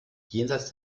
jenseits